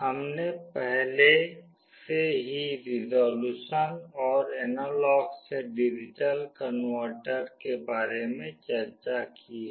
हमने पहले से ही रिज़ॉल्यूशन और एनालॉग से डिजिटल कनवर्टर के बारे में चर्चा की है